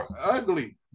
ugly